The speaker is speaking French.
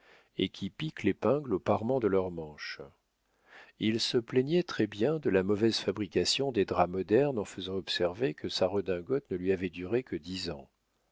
et qui piquent l'épingle au parement de leur manche il se plaignait très-bien de la mauvaise fabrication des draps modernes en faisant observer que sa redingote ne lui avait duré que dix ans